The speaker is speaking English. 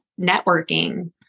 networking